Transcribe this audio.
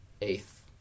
Eighth